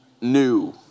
new